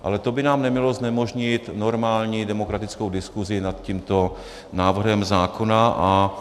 Ale to by nám nemělo znemožnit normální demokratickou diskuzi nad tímto návrhem zákona.